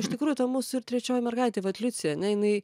iš tikrųjų ta mūsų ir trečioji mergaitė vat liucija na jinai